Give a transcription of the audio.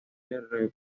semanario